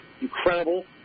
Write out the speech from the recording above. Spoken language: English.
incredible